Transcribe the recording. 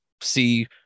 see